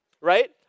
Right